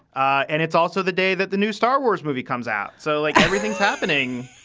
and it's also the day that the new star wars movie comes out. so like, everything's happening